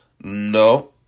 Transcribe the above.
No